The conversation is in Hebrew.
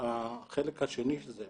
החלק השני של זה,